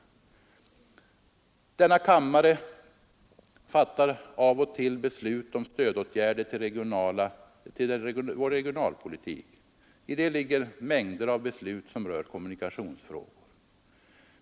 Denna kammare fattar av och till beslut om stödåtgärder inom vår regionalpolitik. I det ligger mängder av beslut som rör kommunikationsfrågor.